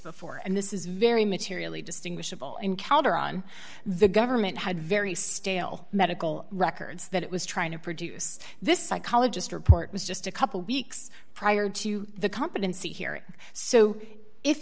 before and this is very materially distinguishable encounter on the government had very stale medical records that it was trying to produce this psychologist report was just a couple weeks prior to the competency hearing so if